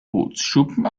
bootsschuppen